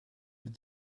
with